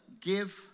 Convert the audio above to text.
give